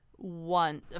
one